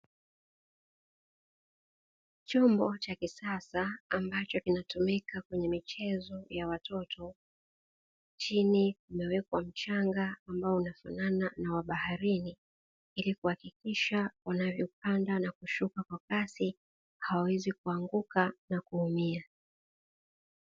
Chombo cha kisasa ambabacho kinatumika kwenye michezo ya watoto, chini umewekwa mchanga ambao unafanana na wa baharini ili kuhakikisha wanavyopanda na kushuka kwa kasi hawawezi kuanguka na kuumia.